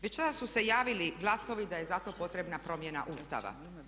Već tada su se javili glasovi da je za to potrebna promjena ustava.